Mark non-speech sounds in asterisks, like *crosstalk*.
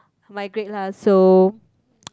migrate lah so *noise*